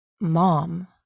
mom